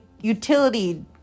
Utility